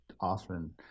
often